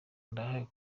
ndahayo